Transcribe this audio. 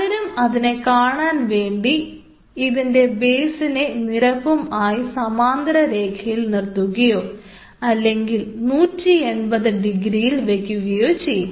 പലരും ഇതിനെ കാണാൻ വേണ്ടി ഇതിൻറെ ബേസിനെ നിരപ്പും ആയി സമാന്തരരേഖയിൽ നിർത്തുകയോ അല്ലെങ്കിൽ 180 ഡിഗ്രി ൽ വയ്ക്കുകയോ ചെയ്യും